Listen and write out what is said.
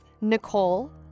Nicole